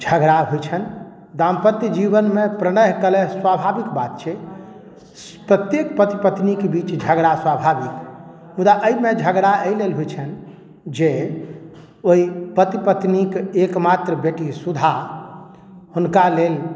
झगड़ा होइ छनि दाम्पत्य जीवन मे प्रणय कलह स्वाभाविक बात छै कतेक पति पत्नी के बीच झगड़ा स्वाभाविक मुदा एहिमे झगड़ा एहि लेल होइ छनि जे ओहि पति पत्नीक एक मात्र बेटी सुधा हुनका लेल